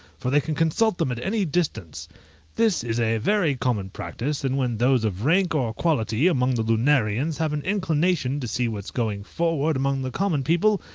for they can consult them at any distance this is a very common practice and when those of rank or quality among the lunarians have an inclination to see what's going forward among the common people,